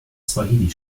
swahili